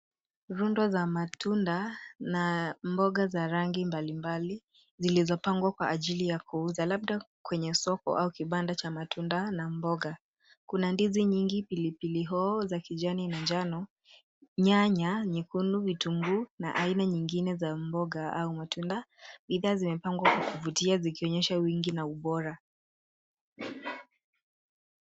Rundo za matunda na mboga za rangi mbali mbali zilizopangwa kwa ajili ya kuuza labda kwenye soko au kibanda cha matunda na mboga. Kuna ndizi nyingi, pipipili hoho kijani na njano, nyanya nyekundu, vitunguu, na aina nyingine za mboga au matunda. Bidhaa zimepangwa kuvutia zikionyesha wingi na ubora.